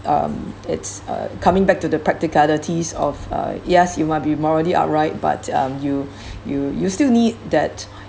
um it's uh coming back to the practicalities of uh yes you might be morally upright but um you you you still need that